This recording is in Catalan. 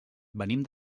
venim